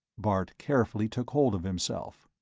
bart carefully took hold of himself.